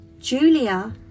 Julia